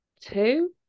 Two